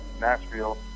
Nashville